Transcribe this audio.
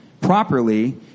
properly